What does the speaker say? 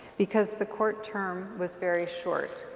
because the court term was very short.